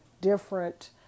different